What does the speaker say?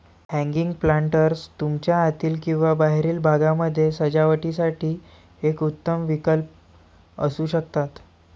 hanging planters तुमच्या आतील किंवा बाहेरील भागामध्ये सजावटीसाठी एक उत्तम विकल्प असू शकतात